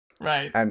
Right